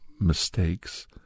mistakes